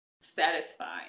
satisfying